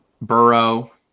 burrow